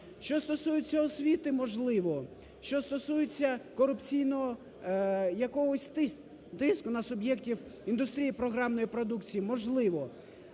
Що стосується освіти – можливо. Що стосується корупційного якось тиску на суб’єктів індустрії програмної продукції – можливо.